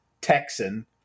Texan